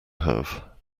have